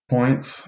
points